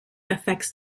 affects